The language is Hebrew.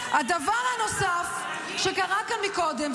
תירגעי --- הדבר הנוסף שקרה כאן מקודם,